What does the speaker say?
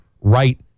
right